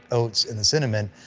oats, and the cinnamon.